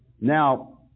Now